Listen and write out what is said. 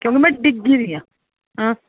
क्योंकि मैं डिग्गी दी हां